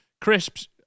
Crisps